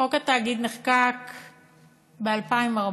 חוק התאגיד נחקק ב-2014.